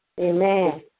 Amen